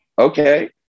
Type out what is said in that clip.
Okay